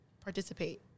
participate